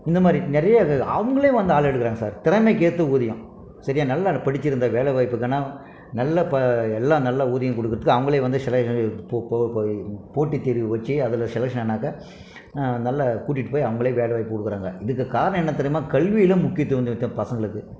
இந்த மாதிரி நிறைய அவங்களே வந்து ஆள் எடுக்கிறாங்க சார் திறமைக்கேற்ற ஊதியம் சரியாக நல்ல படித்திருந்தா வேலை வாய்ப்புக்கான நல்ல இப்போ எல்லாம் நல்ல ஊதியம் கொடுக்குறதுக்கு அவங்களே வந்து சிலர் போட்டி தேர்வு வச்சு அதில் செலெக்ஷன் ஆனாக்கா நல்லா கூட்டிட்டு போய் அவங்களே வேலை வாய்ப்பு கொடுக்குறாங்க இதுக்கு காரணம் என்ன தெரியுமா கல்வியில் முக்கியத்துவம் பசங்களுக்கு